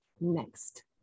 next